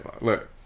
look